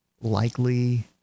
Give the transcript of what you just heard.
likely